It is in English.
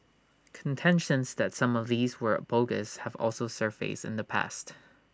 contentions that some of these were bogus have also surfaced in the past